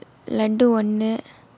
laddoo ஒன்னு:onnu